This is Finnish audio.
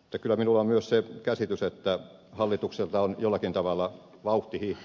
mutta kyllä minulla on myös se käsitys että hallitukselta on jollakin tavalla vauhti